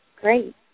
Great